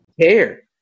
care